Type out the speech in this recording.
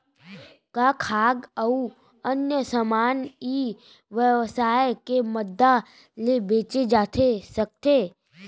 का खाद्य अऊ अन्य समान ई व्यवसाय के मदद ले बेचे जाथे सकथे?